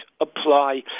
apply